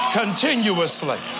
continuously